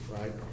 right